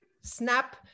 snap